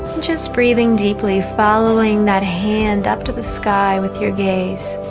just breathing deeply following that hand up to the sky with your gaze